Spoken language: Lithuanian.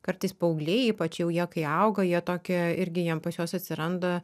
kartais paaugliai ypač jau jie kai auga jie tokią irgi jiem pas juos atsiranda